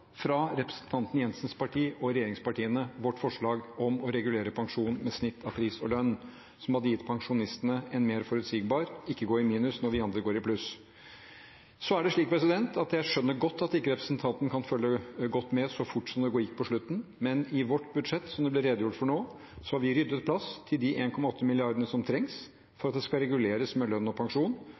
vårt forslag om å regulere pensjon med snitt av pris og lønn, som hadde gitt pensjonistene mer forutsigbarhet – ikke gå i minus når vi andre går i pluss – stemt ned i denne sal fra representanten Jensens parti og regjeringspartiene. Så skjønner jeg godt at ikke representanten kan følge godt med, så fort som det gikk på slutten, men i vårt budsjett, som det ble redegjort for nå, har vi ryddet plass til de 1,8 mrd. kr som trengs for at det skal reguleres med lønn og pensjon.